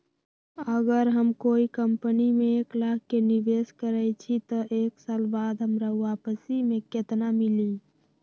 अगर हम कोई कंपनी में एक लाख के निवेस करईछी त एक साल बाद हमरा वापसी में केतना मिली?